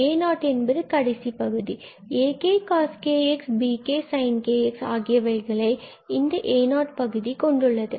a0 என்பது கடைசி பகுதி ak coskxbk sinkx ஆகியவைகளை கொண்டு உள்ளது